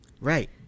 Right